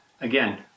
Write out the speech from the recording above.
again